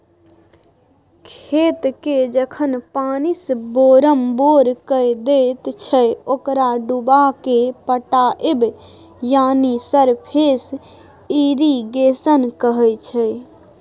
खेतकेँ जखन पानिसँ बोरमबोर कए दैत छै ओकरा डुबाएकेँ पटाएब यानी सरफेस इरिगेशन कहय छै